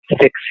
six